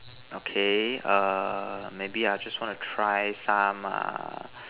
okay err maybe I just want to try some uh